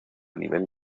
nivel